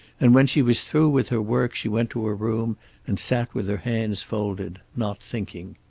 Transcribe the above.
and when she was through with her work she went to her room and sat with her hands folded, not thinking.